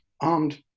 armed